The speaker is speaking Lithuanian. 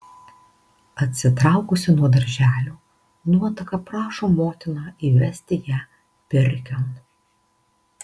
atsitraukusi nuo darželio nuotaka prašo motiną įvesti ją pirkion